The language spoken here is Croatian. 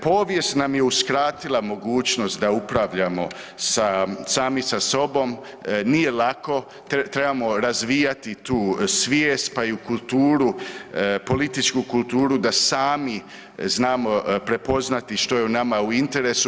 Povijest nam je uskratila mogućnost da upravljamo sami sa sobom, nije lako, trebamo razvijati tu svijest pa i u kulturu, političku kulturu da sami znamo prepoznati što je nama u interesu.